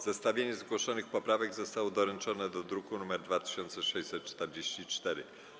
Zestawienie zgłoszonych poprawek zostało doręczone do druku nr 2644.